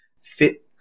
fit